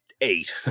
eight